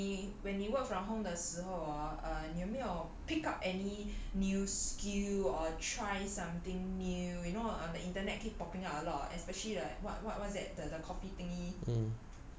and so when 你 when 你 work from home 的时候 hor 你有没有 pick up any new skill or try something new you know on the internet keep popping out a lot especially like what what what's that the coffee thingy